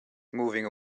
moving